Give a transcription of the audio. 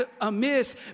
amiss